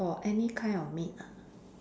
for any kind of meat ah